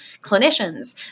clinicians